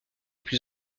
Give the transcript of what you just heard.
plus